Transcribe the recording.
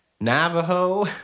Navajo